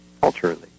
culturally